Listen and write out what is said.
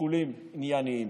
שיקולים ענייניים.